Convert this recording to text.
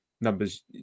numbers